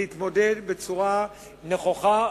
להתמודד בצורה נכוחה,